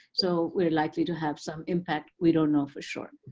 so we're likely to have some impact. we don't know for sure.